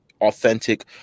authentic